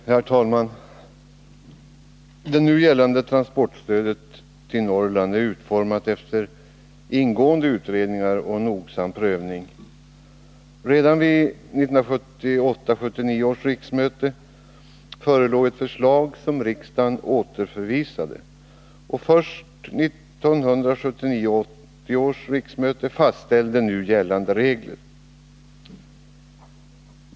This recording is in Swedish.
Herr talman! Det nu gällande transportstödet till Norrland är utformat efter ingående utredningar och nogsam prövning. Redan vid 1978 80 års riksmöte fastställde nu gällande regler.